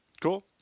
Cool